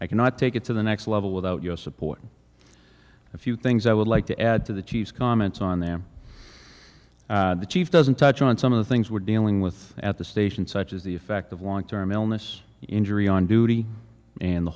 cannot take it to the next level without us support a few things i would like to add to the chief's comments on them the chief doesn't touch on some of the things we're dealing with at the station such as the effect of long term illness injury on duty and the